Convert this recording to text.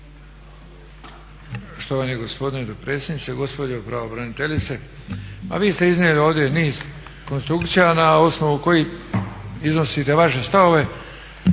Hvala